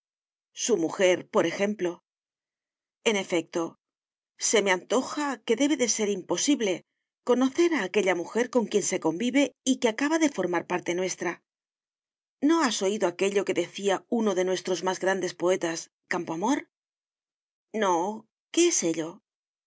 su mujer por ejemplo en efecto se me antoja que debe de ser imposible conocer a aquella mujer con quien se convive y que acaba de formar parte nuestra no has oído aquello que decía uno de nuestros más grandes poetas campoamor no qué es ello